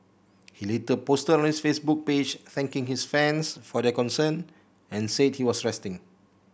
he later posted on his Facebook page thanking his fans for their concern and said he was resting